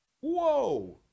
Whoa